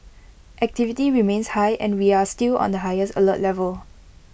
activity remains high and we are still on the highest alert level